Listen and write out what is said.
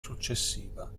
successiva